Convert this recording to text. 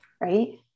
Right